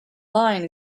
line